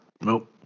Nope